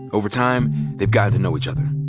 over time they've gotten to know each other.